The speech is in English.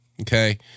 okay